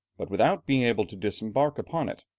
but without being able to disembark upon it.